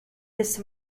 his